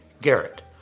Garrett